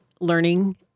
learning